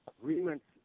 agreements